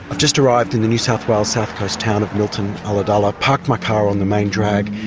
just arrived in the new south wales south coast town of milton ulladulla, parked my car on the main drag.